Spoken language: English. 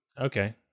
Okay